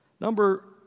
Number